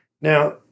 Now